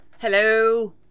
Hello